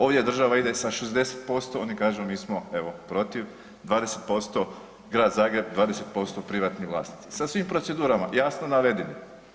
Ovdje država ide sa 60%, oni kažu mi smo evo protiv 20% Grad Zagreb, 20% privatni vlasnici sa svim procedurama jasno navedenim.